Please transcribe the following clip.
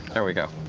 there we go.